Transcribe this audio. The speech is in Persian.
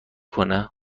کنه